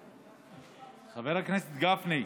חבר הכנסת גפני,